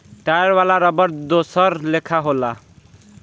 tyre वाला रबड़ दोसर लेखा होला